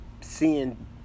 seeing